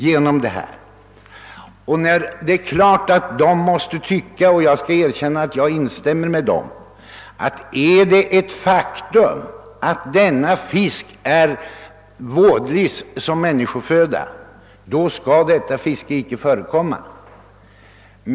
Dessa yrkesfiskare anser naturligtvis, och jag instämmer med dem, att om det är ett faktum att insjöfisken är otjänlig som människoföda, så skall något sådant fiske inte förekomma.